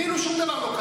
כאילו שום דבר לא קרה.